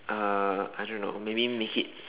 uh I don't know maybe make it